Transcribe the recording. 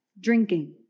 drinking